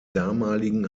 damaligen